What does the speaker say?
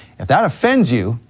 if that offends you,